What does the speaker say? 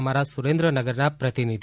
અમારા સુરેન્દ્રનગરનાં પ્રતિનિધિ